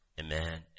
Amen